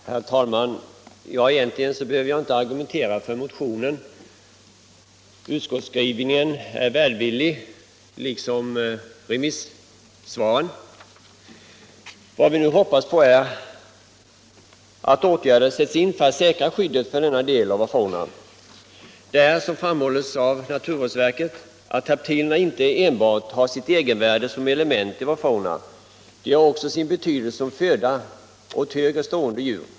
8 med anledning 24 november 1976 av motion om åtgärder för att skydda den svenska herptilfaunan. rar Åtgärder för att Herr JOHANSSON i Växjö : skydda den svenska Herr talman! Egentligen behöver jag inte argumentera för motionen. = herptilfaunan Utskottets skrivning är välvillig liksom remissvaren. Vad vi nu hoppas på är att åtgärder sätts in för att säkra skyddet för denna del av vår fauna. Som framhålles av naturvårdsverket har herptilerna inte enbart sitt egenvärde som element i vår fauna, utan de har också sin betydelse som föda åt högre stående djur.